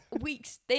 Weeks